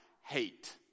hate